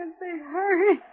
hurry